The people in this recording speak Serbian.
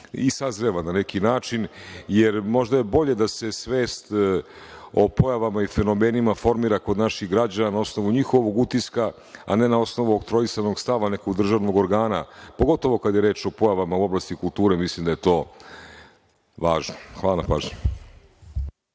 i sazreva, na neki način. Jer, možda je bolje da se svest o pojavama i fenomenima formira kod naših građana na osnovu njihovog utiska, a ne na osnovu oktroisanog stava nekog državnog organa, pogotovo kad je reč o pojavama u oblasti kulture, mislim da je to važno. Hvala.